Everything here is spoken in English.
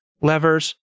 levers